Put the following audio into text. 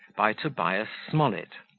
by tobias smollett